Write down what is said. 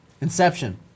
Inception